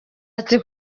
ati